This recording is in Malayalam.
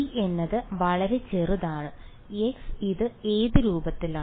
g എന്നത് വളരെ ചെറുതാണ് x ഇത് ഏത് രൂപത്തിലാണ്